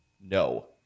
No